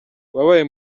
wabaye